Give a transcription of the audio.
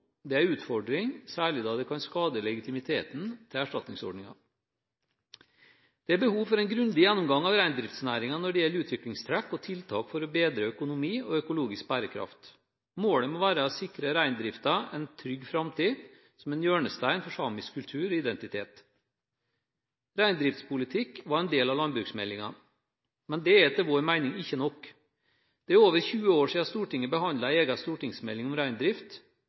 er en utfordring, særlig da det kan skade legitimiteten til erstatningsordningen. Det er behov for en grundig gjennomgang av reindriftsnæringen når det gjelder utviklingstrekk og tiltak for å bedre økonomi og økologisk bærekraft. Målet må være å sikre reindriften en trygg framtid som en hjørnestein for samisk kultur og identitet. Reindriftspolitikk var en del av landbruksmeldingen, men det er etter vår mening ikke nok. Det er over 20 år siden Stortinget behandlet en egen stortingsmelding om reindrift.